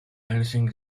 anything